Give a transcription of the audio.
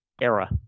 Era